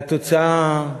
והתוצאה,